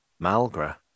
Malgra